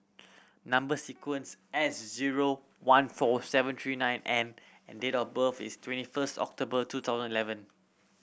number sequence S zero one four seven three nine N and date of birth is twenty first October two thousand eleven